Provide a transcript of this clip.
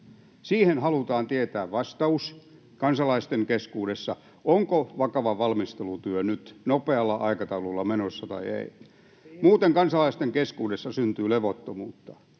Siihen halutaan tietää vastaus kansalaisten keskuudessa, onko vakava valmistelutyö nyt nopealla aikataululla menossa vai ei. Muuten kansalaisten keskuudessa syntyy levottomuutta.